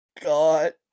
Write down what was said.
God